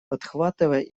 подхватывая